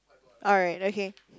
alright okay